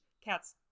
cats